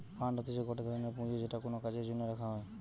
fund হতিছে গটে ধরনের পুঁজি যেটা কোনো কাজের জন্য রাখা হই